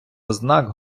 ознак